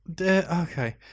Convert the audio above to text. Okay